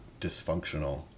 dysfunctional